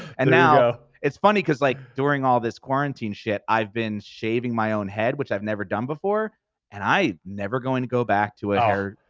and now it's funny cause like during all this quarantine shit, i've been shaving my own head which i've never done before and i'm never going to go back to a hair.